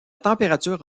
température